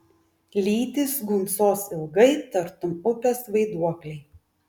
lytys gunksos ilgai tartum upės vaiduokliai